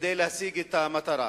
כדי להשיג את המטרה.